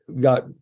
got